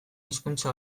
hizkuntza